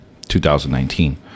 2019